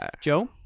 Joe